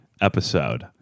episode